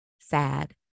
sad